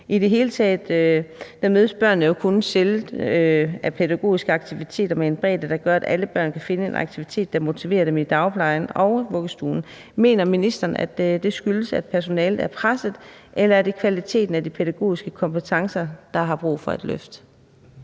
I det hele taget mødes børnene kun sjældent af pædagogiske aktiviteter med en bredde, der gør, at alle børn kan finde en aktivitet, der motiverer dem i dagplejen og vuggestuen. Mener ministeren, at det skyldes, at personalet er presset, eller er det kvaliteten af de pædagogiske kompetencer, der har brug for et løft?